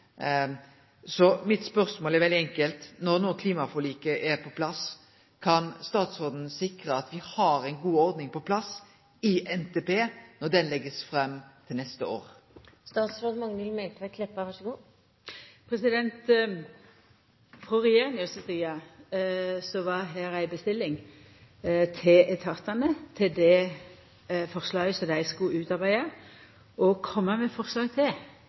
Så spørsmålet mitt er veldig enkelt: Når klimaforliket no er på plass, kan statsråden sikre at me når NTP blir lagd fram neste år, har ei god ordning på plass? Frå regjeringa si side var det ei bestilling til etatane med omsyn til det forslaget som dei skulle utarbeida og koma med forslag til